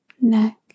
Neck